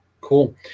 Cool